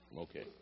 Okay